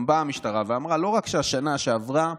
גם באה המשטרה ואמרה: לא רק שבשנה שעברה